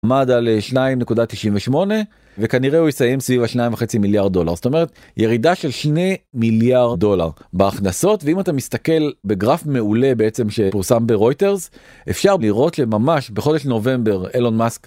עמד על 2.98 וכנראה הוא יסיים סביב ה- 2.5 מיליארד דולר זאת אומרת ירידה של שני מיליארד דולר בהכנסות ואם אתה מסתכל בגרף מעולה בעצם שפורסם ברויטרס אפשר לראות שממש בחודש נובמבר אלון מאסק.